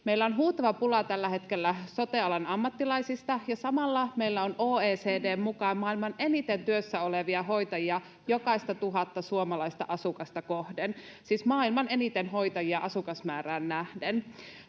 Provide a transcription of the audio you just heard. Meillä on huutava pula tällä hetkellä sote-alan ammattilaisista, ja samalla meillä on OECD:n mukaan maailman eniten työssä olevia hoitajia jokaista tuhatta suomalaista asukasta kohden — siis maailman eniten hoitajia asukasmäärään nähden.